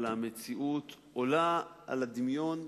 אבל המציאות עולה על הדמיון.